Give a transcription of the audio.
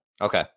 okay